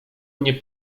mnie